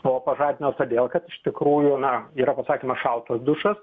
o pažadino todėl kad iš tikrųjų na yra pasakymas šaltas dušas